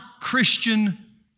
Christian